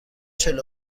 چهل